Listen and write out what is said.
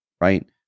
right